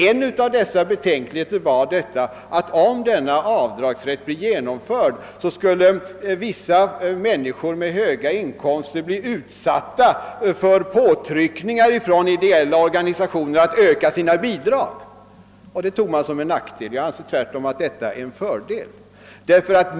En av dessa betänkligheter var, att om denna avdragsrätt infördes så skulle vissa människor med höga inkomster bli utsatta för påtryckningar från ideella organisationer att öka sina bidrag. Det ansåg skattelagssakkunniga vara en nackdel. Jag anser det tvärtom vara en fördel.